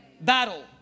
battle